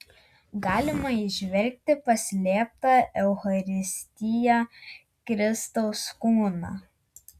galima įžvelgti paslėptą eucharistiją kristaus kūną